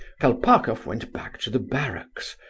kolpakoff went back to the barracks,